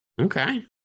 Okay